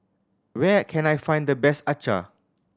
where can I find the best acar